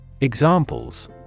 Examples